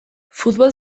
futbol